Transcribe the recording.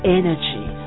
energy